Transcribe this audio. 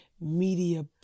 media